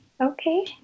Okay